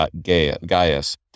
Gaius